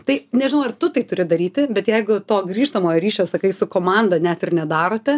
tai nežinau ar tu tai turi daryti bet jeigu to grįžtamojo ryšio sakai su komanda net ir nedarote